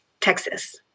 Texas